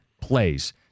plays